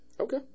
Okay